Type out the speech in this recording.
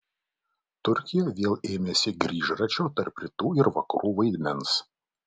turkija vėl ėmėsi grįžračio tarp rytų ir vakarų vaidmens